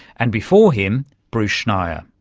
and before him, bruce schneier.